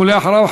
ואחריו,